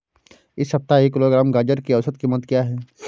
इस सप्ताह एक किलोग्राम गाजर की औसत कीमत क्या है?